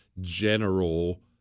general